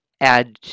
add